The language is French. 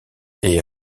est